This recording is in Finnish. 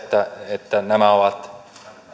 että nämä ovat